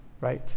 right